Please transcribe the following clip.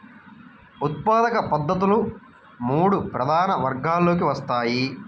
ఉత్పాదక పద్ధతులు మూడు ప్రధాన వర్గాలలోకి వస్తాయి